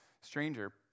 stranger